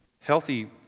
Healthy